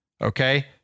okay